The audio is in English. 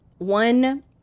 one